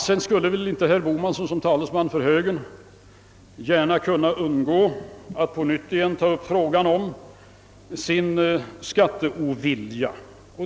Sedan skulle väl inte herr Bohman som talesman för högern gärna kunna undgå att på nytt ta upp frågan om sin skatteovilja.